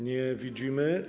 Nie widzimy.